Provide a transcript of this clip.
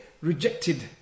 rejected